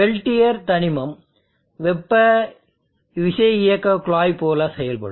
Peltier தனிமம் வெப்ப விசையியக்கக் குழாய் போல செயல்படும்